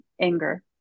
anger